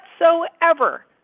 whatsoever